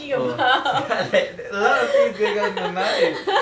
oh sorry like a lot of things going on in my mind